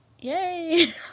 yay